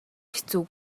хэцүү